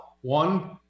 one